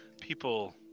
people